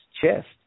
chest